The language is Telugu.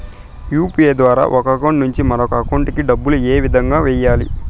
యు.పి.ఐ ద్వారా ఒక అకౌంట్ నుంచి మరొక అకౌంట్ కి డబ్బులు ఏ విధంగా వెయ్యాలి